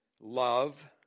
love